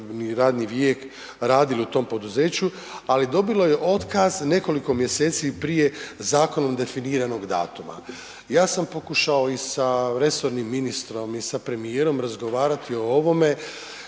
radni vijek radili u tom poduzeću, ali dobilo je otkaz nekoliko mjeseci prije zakonom definiranog datuma. Ja sam pokušao i sa resornim ministrom i sa premijerom razgovarati o ovome